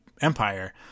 Empire